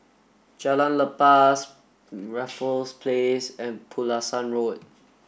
Jalan Lepas Raffles Place and Pulasan Road